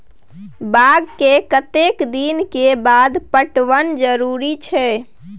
बाग के कतेक दिन के बाद पटवन जरूरी छै?